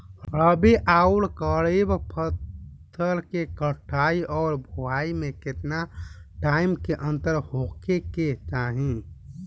रबी आउर खरीफ फसल के कटाई और बोआई मे केतना टाइम के अंतर होखे के चाही?